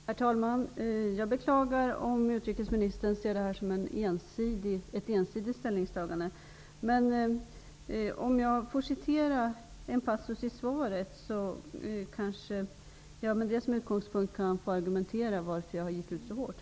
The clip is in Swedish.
Herr talman! Jag beklagar om utrikesministern ser det här som ett ensidigt ställningstagande. Om jag får citera en passus i svaret kanske jag med det som utgångspunkt kan få argumentera för att jag går ut så hårt.